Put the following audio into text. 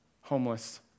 homeless